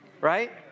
right